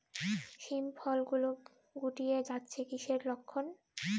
শিম ফল গুলো গুটিয়ে যাচ্ছে কিসের লক্ষন?